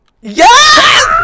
Yes